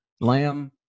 Lamb